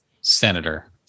senator